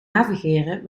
navigeren